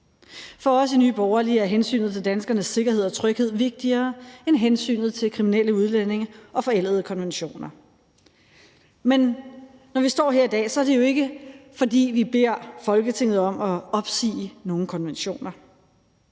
For os i Nye Borgerlige er hensynet til danskernes sikkerhed og tryghed vigtigere end hensynet til kriminelle udlændinge og forældede konventioner. Men når vi står her i dag, er det jo ikke, fordi vi beder Folketinget om at opsige nogen konventioner.